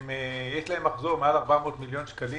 שיש להן מחזור מעל 400 מיליון שקלים,